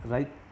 Right